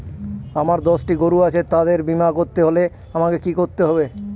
আমার দশটি গরু আছে তাদের বীমা করতে হলে আমাকে কি করতে হবে?